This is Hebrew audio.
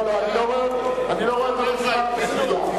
לא, לא, אני לא רואה בו מסמך מזויף.